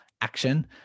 action